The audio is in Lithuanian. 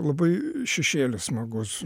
labai šešėlis smagus